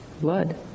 blood